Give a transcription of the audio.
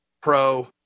pro